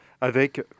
avec